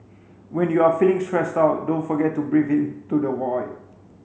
when you are feeling stressed out don't forget to breathe into the void